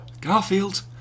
Garfield